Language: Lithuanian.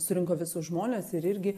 surinko visus žmones ir irgi